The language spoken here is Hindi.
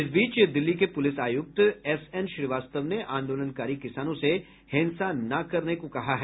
इस बीच दिल्ली के पुलिस आयुक्त एसएन श्रीवास्तव ने आंदोलनकारी किसानों से हिंसा न करने को कहा है